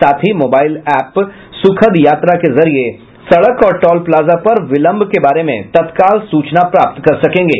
साथ ही mobile app Sukhad Yatra के जरिए सड़क और टॉल प्लाजा पर विलंब के बारे में तत्काल सूचना प्राप्त कर सकेंगे